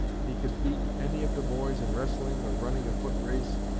he could beat any of the boys in wrestling or running a foot-race,